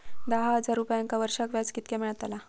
दहा हजार रुपयांक वर्षाक व्याज कितक्या मेलताला?